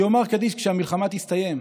שיאמר קדיש כשהמלחמה תסתיים,